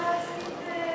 היושב-ראש יכול להציב לוח,